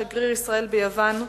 לשגריר ישראל ביוון,